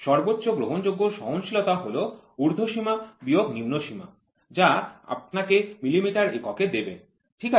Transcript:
সর্বোচ্চ গ্রহণযোগ্য সহনশীলতা হল ঊর্ধ্বসীমা বিয়োগ নিম্নসীমা যা আপনাকে মিলিমিটার এককে দেবে ঠিক আছে